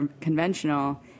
conventional